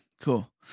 cool